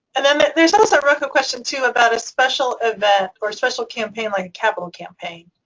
and i mean there is also a question, too, about a special event or a special campaign like a capital campaign.